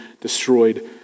destroyed